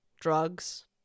drugs